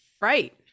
right